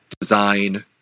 design